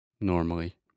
Normally